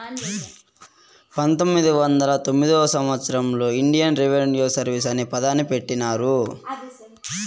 పంతొమ్మిది వందల పంతొమ్మిదివ సంవచ్చరంలో ఇండియన్ రెవిన్యూ సర్వీస్ అనే దాన్ని పెట్టినారు